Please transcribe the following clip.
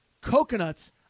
Coconuts